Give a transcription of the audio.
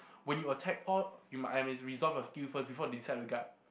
when you attack odd I must resolve your skill first before you decide to guard